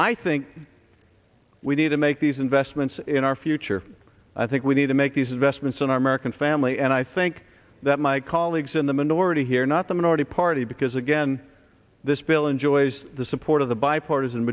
i think we need to make these investments in our future i think we need to make these investments in our american family and i think that my colleagues in the minority here not the minority party because again this bill enjoys the support of the bipartisan